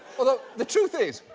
well, the the truth is,